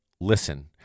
listen